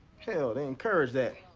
hell, they encourage that.